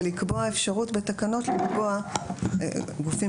ולקבוע בתקנות אפשרות לקבוע גופים